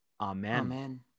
Amen